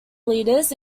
leaders